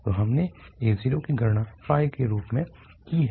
तो हमने a0 की गणना के रूप में की है